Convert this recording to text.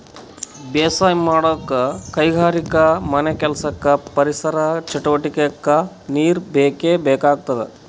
ಬೇಸಾಯ್ ಮಾಡಕ್ಕ್ ಕೈಗಾರಿಕೆಗಾ ಮನೆಕೆಲ್ಸಕ್ಕ ಪರಿಸರ್ ಚಟುವಟಿಗೆಕ್ಕಾ ನೀರ್ ಬೇಕೇ ಬೇಕಾಗ್ತದ